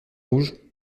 rouge